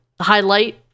highlight